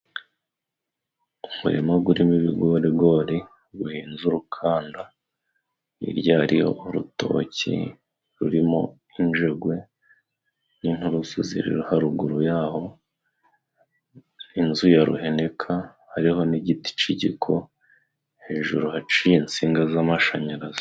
Umurima gurimo ibigorigori guhinze urukanda hirya hariyo urutoki rurimo injegwe n'inturusu ziri haruguru ya ho n'inzu ya ruhenika hariho n'igiti c'igiko hejuru haciye insinga z'amashanyarazi.